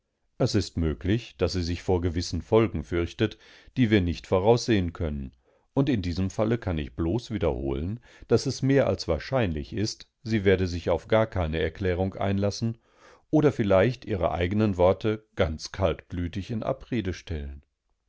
es ist möglich daß sie sich vor gewissen folgen fürchtet die wir nicht voraussehen können und in diesem falle kann ich bloß wiederholen daß es mehr als wahrscheinlich ist sie werde sich auf gar keineerklärungeinlassen odervielleichtihreeigenenworteganzkaltblütiginabrede stellen